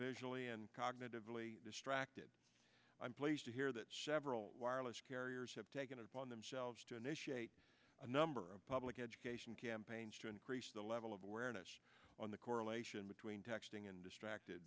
visually and cognitively distracted i'm pleased to hear that chevrolet wireless carriers have taken it upon themselves to initiate a number of public education campaigns to increase the level of awareness on the correlation between texting and distracted